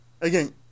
Again